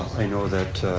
i know that